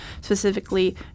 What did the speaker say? specifically